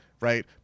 right